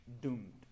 doomed